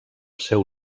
seu